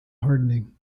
hardening